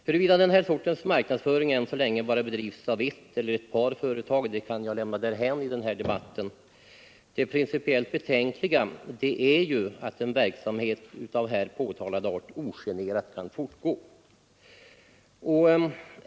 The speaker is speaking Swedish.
Huruvida den här sortens marknadsföring än så länge bara bedrivs av ett eller ett par företag kan vi i den här debatten lämna därhän. Det principiellt betänkliga är att en verksamhet av här påtalad art ogenerat kan fortgå.